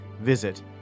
Visit